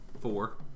Four